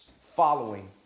following